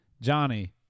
Johnny